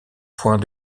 point